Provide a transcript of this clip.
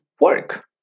work